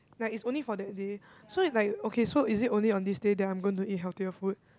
like it's only for that day so it's like okay so is it only on this day that I'm going to eat healthier food